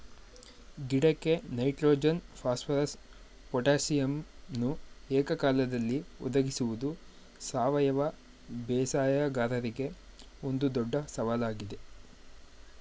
ಗಿಡಕ್ಕೆ nitrogen phosphorus ಪೊಟಾಸಿಯಮನ್ನು ಏಕಕಾಲದಲ್ಲಿ ಒದಗಿಸುವುದು ಸಾವಯವ ಬೇಸಾಯಗಾರರಿಗೆ ಒಂದು ದೊಡ್ಡ ಸವಾಲಾಗಿದೆ